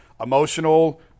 emotional